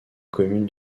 commune